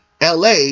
LA